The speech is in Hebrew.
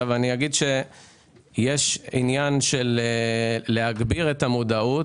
יש את העניין של הגברת המודעות,